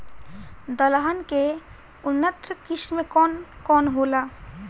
दलहन के उन्नत किस्म कौन कौनहोला?